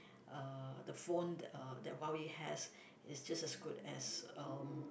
uh the phone that uh that Huawei has is just as good as um